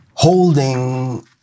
holding